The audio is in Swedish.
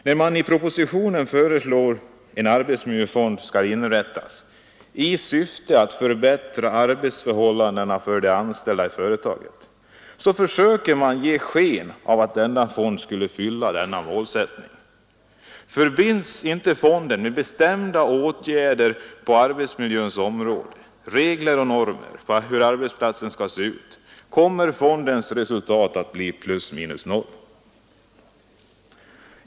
När man i propositionen föreslår att en arbetsmiljöfond skall inrättas ”i syfte att förbättra arbetsförhållandena för de anställda i företaget” så försöker man ge sken av att denna fond skulle fylla en sådan målsättning. Förbinds inte fonden med bestämda åtgärder på arbetsmiljöns område, med regler och normer för hur arbetsplatsen skall se ut, kommer fondens resultat att bli plus minus noll.